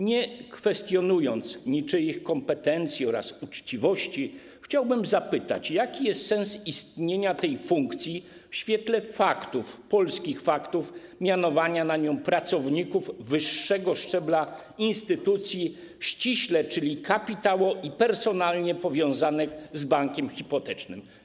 Nie kwestionując niczyich kompetencji ani uczciwości, chciałbym zapytać, jaki jest sens istnienia tej funkcji w świetle polskich faktów: mianowania na nią pracowników wyższego szczebla instytucji ściśle, czyli kapitałowo i personalnie, powiązanych z bankiem hipotecznym.